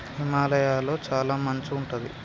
హిమాలయ లొ చాల మంచు ఉంటది